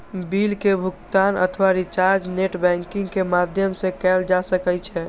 bill के भुगातन अथवा रिचार्ज नेट बैंकिंग के माध्यम सं कैल जा सकै छै